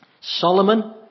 Solomon